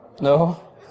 No